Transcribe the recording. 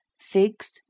figs